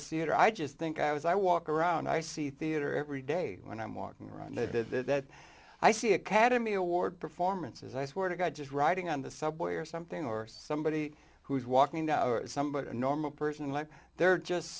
suitor i just think i was i walk around i see theater every day when i'm walking around that i see academy award performances i swear to god just riding on the subway or something or somebody who's walking to some but a normal person like they're just